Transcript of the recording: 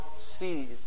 sees